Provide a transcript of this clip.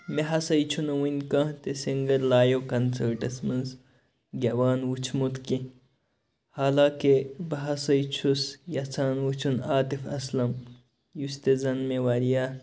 مےٚ ہسا چھُنہٕ وٕنۍ کانٛہہ تہِ سِنٛگَر لایِو کَنسَٲٹَس منٛز گیٚوان وُچھمُت کیٚنہہ حالانکہ بہٕ ہسا چھُس یژھان وُچھُن عاطف اسلم یُس تہِ زَنہٕ مےٚ واریاہ